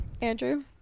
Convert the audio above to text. Andrew